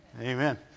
Amen